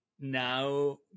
now